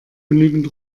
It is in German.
genügend